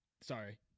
Sorry